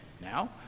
Now